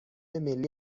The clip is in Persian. ملی